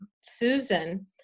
Susan